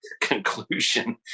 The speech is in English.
conclusion